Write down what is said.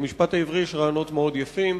במשפט העברי יש רעיונות מאוד יפים.